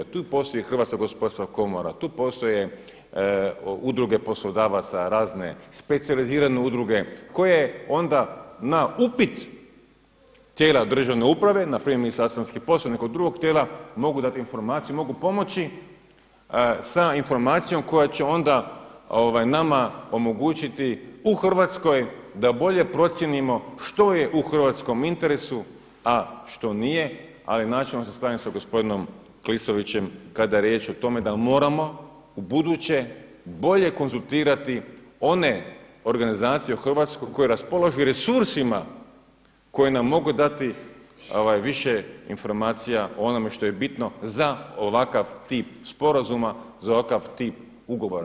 Tu postoji i Hrvatska gospodarska komora, tu postoje udruge poslodavaca, razne specijalizirane udruge koje onda na upit tijela državne uprave npr. Ministarstva vanjskih poslova, nekog drugo tijela, mogu dati informaciju, mogu pomoći sa informacijom koja će onda nama omogućiti u Hrvatskoj da bolje procijenimo što je u hrvatskom interesu, a što nije, ali načelno se slažem sa gospodinom Klisovićem kada je riječ o tome da moramo ubuduće bolje konzultirati one organizacije u Hrvatskoj koje raspolažu i resursima koji nam mogu dati više informacija o onome što je bitno za ovakav tip sporazuma, za ovakav tip ugovora.